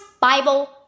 Bible